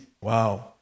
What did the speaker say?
wow